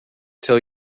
tell